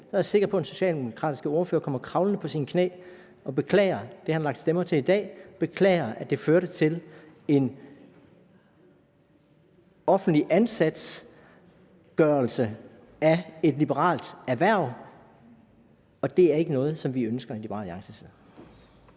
er jeg sikker på den socialdemokratiske ordfører kommer kravlende på sine knæ og beklager det, han har lagt stemmer til i dag, beklager, at det førte til en offentligt ansat-gørelse af et liberalt erhverv. Det er ikke noget, som vi ønsker fra Liberal Alliances